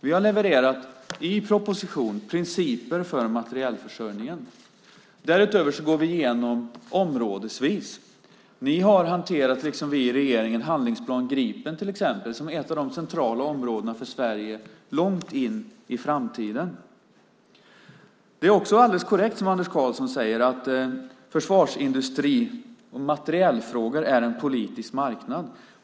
Vi har i proposition levererat principer för materielförsörjningen. Därutöver går vi igenom det områdesvis. Vi har liksom i regeringen till exempel hanterat handlingsplan Gripen som är ett av de centrala områdena för Sverige långt in i framtiden. Det är också alldeles korrekt som Anders Karlsson säger att försvarsindustri och materielfrågor är en politisk marknad.